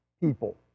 people